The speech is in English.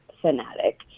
fanatic